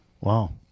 wow